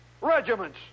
regiments